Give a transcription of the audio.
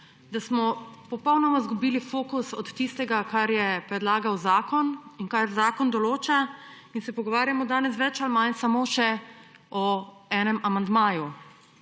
da smo popolnoma izgubili fokus od tistega, kar je predlagal zakon in kaj zakon določa. Danes se pogovarjamo več ali manj samo še o enem amandmaju